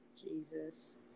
Jesus